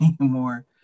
anymore